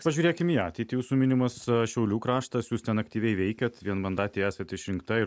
pažiūrėkim į ateitį jūsų minimas su šiaulių kraštas jūs ten aktyviai veikiate vienmandatėje esat išrinkta ir